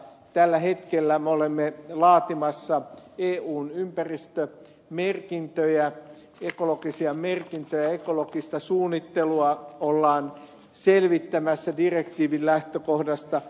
tällä hetkellä me olemme laatimassa eun ympäristömerkintöjä ekologisia merkintöjä ekologista suunnittelua ollaan selvittämässä direktiivin lähtökohdasta